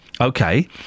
Okay